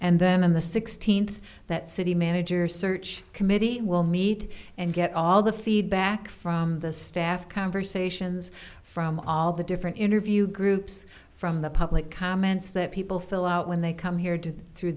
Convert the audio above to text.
and then on the sixteenth that city manager search committee will meet and get all the feedback from the staff conversations from all the different interview groups from the public comments that people fill out when they come here to through